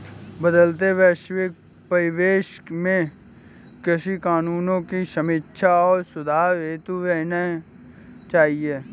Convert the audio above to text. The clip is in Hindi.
बदलते वैश्विक परिवेश में कृषि कानूनों की समीक्षा और सुधार होते रहने चाहिए